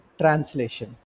translation